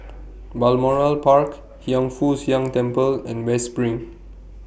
Balmoral Park Hiang Foo Siang Temple and West SPRING